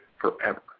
forever